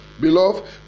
Beloved